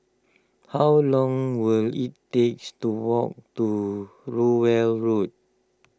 how long will it takes to walk to Rowell Road